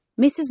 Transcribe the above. Mrs